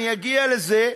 אני אגיע לזה,